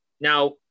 Now